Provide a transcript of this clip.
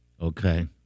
Okay